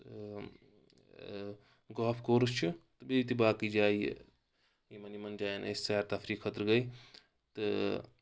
تہٕ golf course چھُ تہٕ بیٚیہِ تہِ باقٕے جایہِ یِمن یِمن جاین أسۍ سیر تفریٖح خٲطرٕ گٔے تہٕ